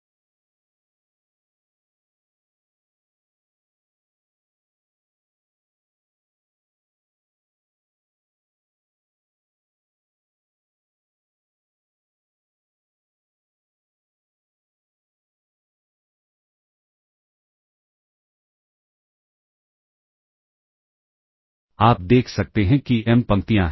तो आप देख सकते हैं कि एम पंक्तियाँ हैं